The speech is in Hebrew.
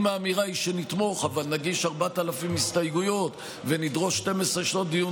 אם האמירה היא שנתמוך אבל נגיש 4,000 ונדרוש 12 שעות דיון